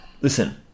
Listen